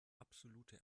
absolute